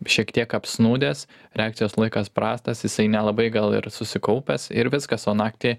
šiek tiek apsnūdęs reakcijos laikas prastas jisai nelabai gal ir susikaupęs ir viskas o naktį